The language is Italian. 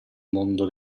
mondo